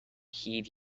heed